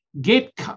get